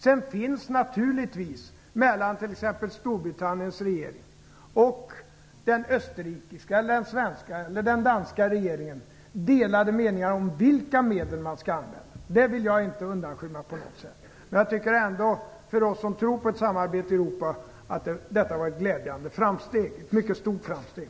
Sedan finns det naturligtvis mellan t.ex. Storbritanniens regering och den österrikiska, den svenska eller den danska regeringen delade meningar om vilka medel man skall använda. Det vill jag inte undanskymma på något sätt. För oss som tror på ett samarbete i Europa var detta ett glädjande framsteg, ett mycket stort framsteg.